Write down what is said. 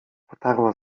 potarła